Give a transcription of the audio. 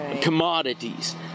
commodities